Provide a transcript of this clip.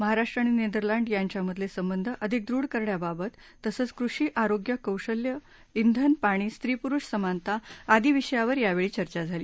महाराष्ट्र आणि नेदरलँड यांच्यातले संबंध अधिक दृढ करण्याबाबत तसंच कृषी आरोग्य कौशल्य इंधन पाणी स्त्री पुरुष समानता आदि विषयांवर यावेळी चर्चा झाली